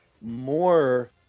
more